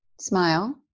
Smile